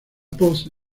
poste